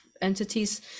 entities